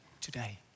Today